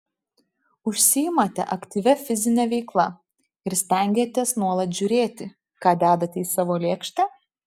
užsiimate aktyvia fizine veikla ir stengiatės nuolat žiūrėti ką dedate į savo lėkštę